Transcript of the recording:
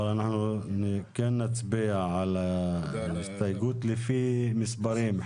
אבל אנחנו כן נצביע על ההסתייגויות לפי מספרים.